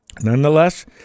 Nonetheless